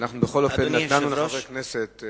אנחנו בכל אופן נתנו לחברי הכנסת,